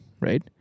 right